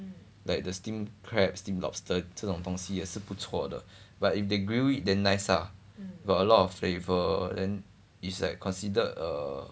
like the steamed crab steamed lobster 这种东西也是不错的 but if they grill it then nice ah got a lot of flavour then is like considered err